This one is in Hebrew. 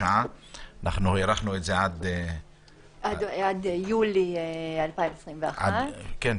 והארכנו את זה עד יולי 2021, בשנה,